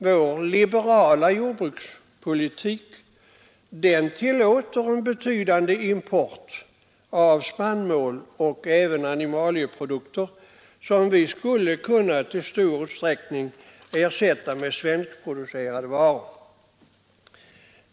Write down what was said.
Vår liberala jordbrukspolitik tillåter vidare en betydande import av spannmål och även av animalieprodukter, som vi i stor utsträckning skulle kunna ersätta med svenskproducerade varor.